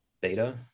Beta